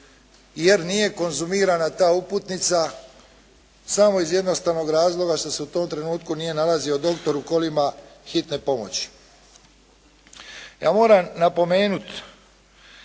jer nije konzumirana ta uputnica samo iz jednostavnog razloga što se u tom trenutku nije nalazio doktor u kolima hitne pomoći. Ja moram napomenuti